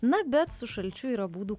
na bet su šalčiu yra būdų